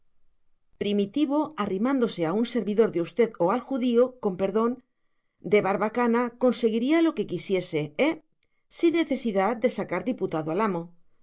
primitivo arrimándose a un servidor de usted o al judío con perdón de barbacana conseguiría lo que quisiese eh sin necesidad de sacar diputado al amo